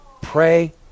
pray